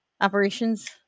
operations